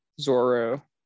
Zoro